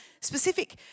specific